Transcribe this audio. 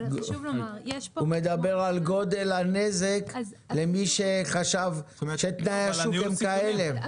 הוא מדבר על גודל הנזק למי שחשב שתנאי השוק הם כאלה.